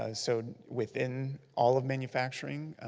ah so within all of manufacturing,